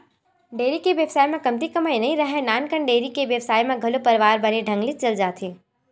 dairy के बेवसाय म कमती कमई नइ राहय, नानकन डेयरी के बेवसाय म घलो परवार बने ढंग ले चल जाथे